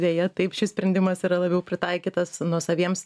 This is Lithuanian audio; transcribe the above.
deja taip šis sprendimas yra labiau pritaikytas nuosaviems